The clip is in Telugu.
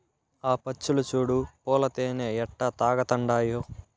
ఆ పచ్చులు చూడు పూల తేనె ఎట్టా తాగతండాయో